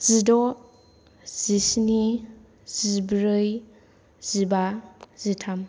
जिद' जिस्नि जिब्रै जिबा जिथाम